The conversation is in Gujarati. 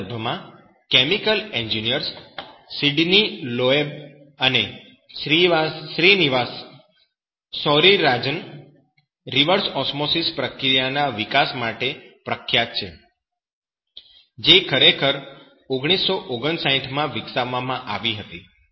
આ સંદર્ભમાં કેમિકલ એન્જિનિયર્સ સિડની લોએબ અને શ્રીનિવાસ સૌરિરાજન રિવર્સ ઓસ્મોસિસ પ્રક્રિયાના વિકાસ માટે પ્રખ્યાત છે જે ખરેખર 1959 માં વિકસાવવામાં આવી હતી